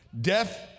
Death